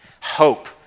Hope